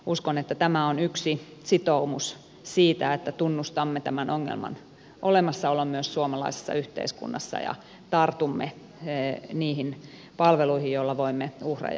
uskon että tämä on yksi sitoumus siitä että tunnustamme tämän ongelman olemassaolon myös suomalaisessa yhteiskunnassa ja tartumme niihin palveluihin joilla voimme tuure